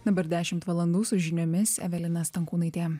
dabar dešimt valandų su žiniomis evelina stankūnaitė